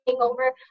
over